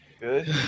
Good